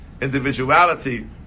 individuality